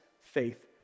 faith